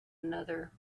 another